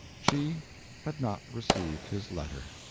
she had not received his letter.